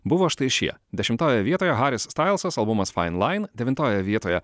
buvo štai šie dešimtoje vietoje haris stailsas albumas fine line devintojoje vietoje